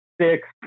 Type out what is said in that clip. six